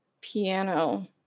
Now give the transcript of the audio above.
piano